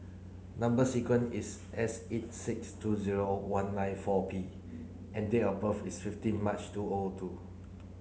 number sequence is S eight six two zero one nine four P and date of birth is fifteen March two O O two